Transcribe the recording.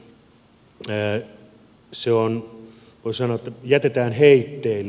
voi sanoa että se jätetään heitteille